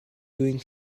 doing